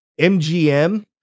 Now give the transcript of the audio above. MGM